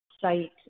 site